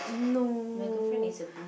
no